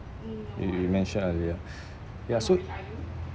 you you mentioned earlier ya so